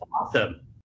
awesome